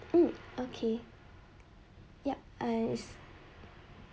um okay yup I